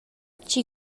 tgi